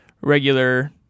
regular